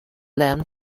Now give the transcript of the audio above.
them